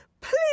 please